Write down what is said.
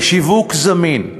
לשיווק זמין,